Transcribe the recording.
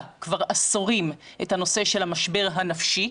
כבר עשורים את הנושא של המשבר הנפשי,